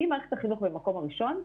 כי אם מערכת החינוך במקום הראשון,